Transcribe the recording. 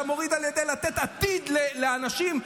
אתה מוריד על ידי לתת עתיד לאנשים,